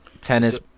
tennis